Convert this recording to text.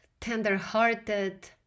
tender-hearted